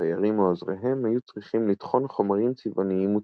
ציירים או עוזריהם היו צריכים לטחון חומרים צבעוניים מוצקים,